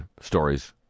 stories